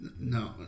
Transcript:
No